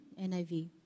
NIV